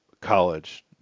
college